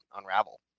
unravel